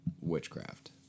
witchcraft